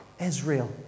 Israel